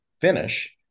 finish